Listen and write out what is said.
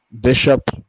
Bishop